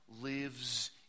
lives